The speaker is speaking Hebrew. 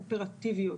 אופרטיביות